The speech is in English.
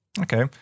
Okay